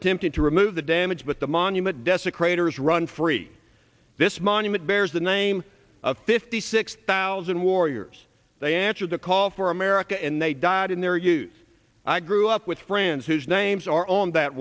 attempted to remove the damage but the monument desecrated has run free this monument bears the name of fifty six thousand warriors they answered a call for america and they died in their use i grew up with friends whose names are on that